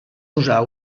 usar